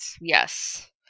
Yes